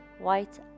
white